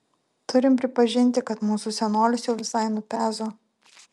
turim pripažinti kad mūsų senolis jau visai nupezo